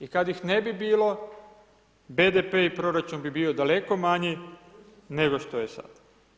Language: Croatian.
I kada ih ne bi bilo, BDP i proračun bi bio daleko manji nego što je sada.